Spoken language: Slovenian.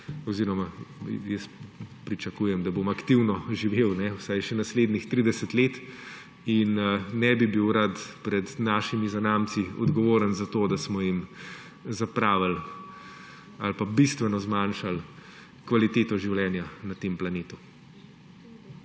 oziroma pričakujem, da bom aktivno živel vsaj še naslednjih 30 let, in ne bi bil rad pred našimi zanamci odgovoren za to, da smo jim zapravili ali pa bistveno zmanjšali kvaliteto življenja na tem planetu.